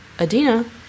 Adina